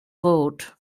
vote